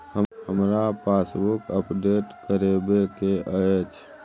हमरा passbook update करैबे के अएछ?